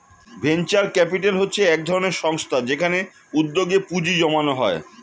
venture capital হচ্ছে একধরনের সংস্থা যেখানে উদ্যোগে পুঁজি জমানো হয়